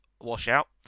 washout